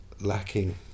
lacking